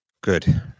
Good